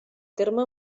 terme